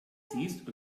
siehst